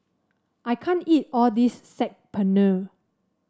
I can't eat all this Saag Paneer